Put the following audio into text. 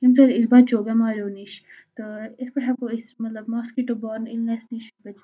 ییٚمہِ سۭتۍ أسۍ بَچو بٮ۪ماریو نش تہٕ اِتھ پٲٹھۍ ہٮ۪کو أسۍ مطلب ماسکیٖٹو بارٕن اِلنٮ۪س نِش بٔچِتھ